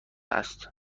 است